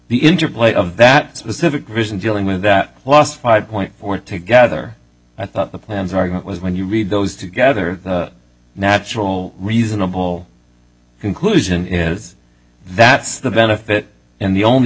the interplay of that specific reason dealing with that last five point four together i thought the plans argument was when you read those together the natural reasonable conclusion is that's the benefit and the only